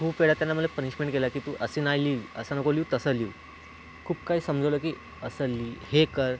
खूप वेळा त्यानं मला पनिशमेंट केलं आहे की तू असे नाही लिहू असं नको लिहू तसं लिही खूप काही समजावलं की असं लिही हे कर